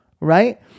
right